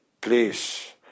please